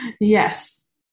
Yes